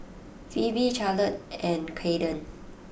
Phoebe Charlotte and Kaden